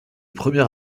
premier